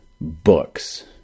books